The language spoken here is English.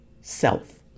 self